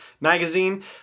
magazine